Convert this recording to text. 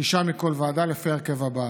שישה מכל ועדה, לפי ההרכב הבא: